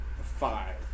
five